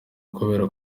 kubera